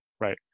right